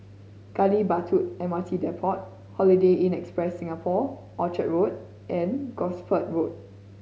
Gali Batu M R T Depot Holiday Inn Express Singapore Orchard Road and Gosport Road